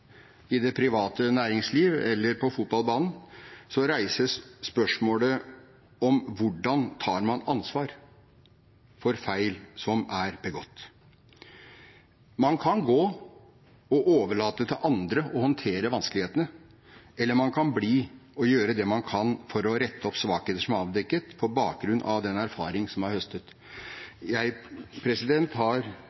i det private næringsliv eller på fotballbanen, reises spørsmålet om hvordan man tar ansvar for feil som er begått. Man kan gå, og overlate til andre å håndtere vanskelighetene, eller man kan bli, og gjøre det man kan for å rette opp svakheter som er avdekket på bakgrunn av den erfaring som er høstet.